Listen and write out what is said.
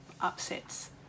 upsets